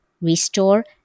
restore